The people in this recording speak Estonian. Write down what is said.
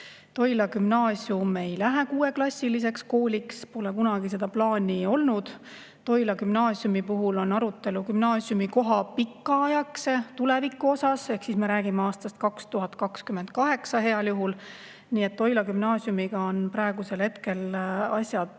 Toila Gümnaasium ei lähe kuueklassiliseks kooliks, pole kunagi seda plaani olnud. Toila Gümnaasiumi puhul on arutelu gümnaasiumi pikaaegse tuleviku üle, ehk siis me räägime aastast 2028 heal juhul. Nii et Toila Gümnaasiumiga on praegusel hetkel asjad